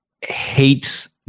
hates